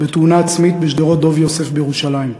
בתאונה עצמית בשדרות דב יוסף בירושלים.